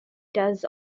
does